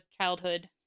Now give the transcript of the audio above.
childhood